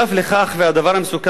הדבר המסוכן ביותר,